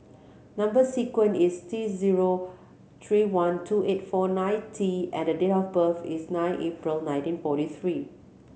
number sequence is T zero three one two eight four nine T and the date of birth is nine April nineteen forty three